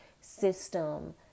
system